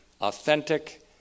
authentic